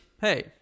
hey